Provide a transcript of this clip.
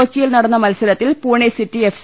കൊച്ചിയിൽ നടന്ന മത്സരത്തിൽ പൂനെ സിറ്റി എഫ്